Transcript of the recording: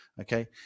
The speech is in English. okay